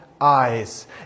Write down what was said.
eyes